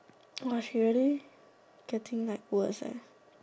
!wah! she really getting like worse leh